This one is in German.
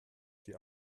die